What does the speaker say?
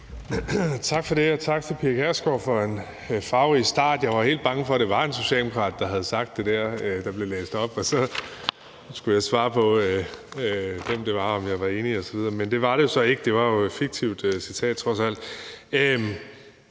Tak for det. Og tak til fru Pia Kjærsgaard for en farverig start. Jeg var helt bange for, at det var en socialdemokrat, der havde sagt det, der blev læst op, og at jeg så skulle svare på, hvem det var, og om jeg var enig osv. Men det var det jo så ikke; det var trods alt